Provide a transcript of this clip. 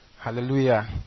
hallelujah